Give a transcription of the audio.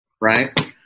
Right